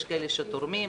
יש כאלה שתורמים,